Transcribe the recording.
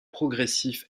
progressif